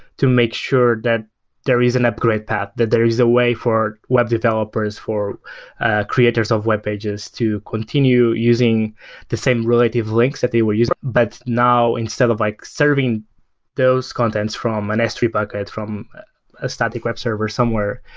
to make sure that there is an upgrade path, that there is a way for web developers, for creators of web pages to continue using the same relative links that they were using, but now instead of like serving those contents from an s three bucket, from a static web server somewhere,